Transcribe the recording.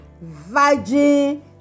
virgin